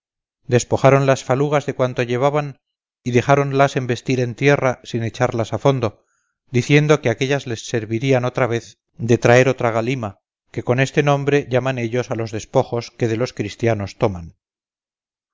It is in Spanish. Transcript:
despojaron las falugas de cuanto llevaban y dejáronlas embestir en tierra sin echallas a fondo diciendo que aquéllas les servirían otra vez de traer otra galima que con este nombre llaman ellos a los despojos que de los christianos toman